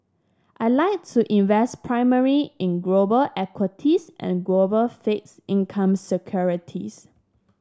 I like to invest primary in global equities and global fixed income securities